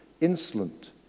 insolent